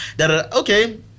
Okay